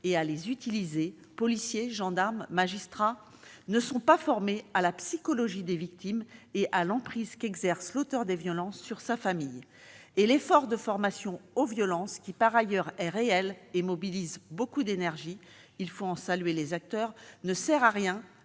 et à les utiliser- policiers, gendarmes, magistrats -n'est pas formé à la psychologie des victimes et à l'emprise qu'exerce l'auteur des violences sur sa famille. En outre, l'effort de formation aux violences, qui est réel et mobilise beaucoup d'énergies- il convient d'en saluer les acteurs -, ne sert à rien